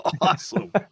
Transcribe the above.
awesome